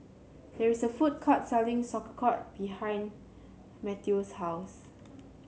there is a food court selling Sauerkraut behind Matteo's house